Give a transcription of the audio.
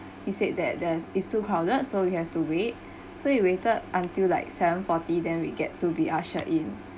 he said that there is too crowded so we have to wait so we waited until like seven forty then we get to be ushered in